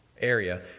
area